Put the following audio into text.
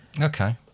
Okay